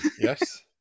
Yes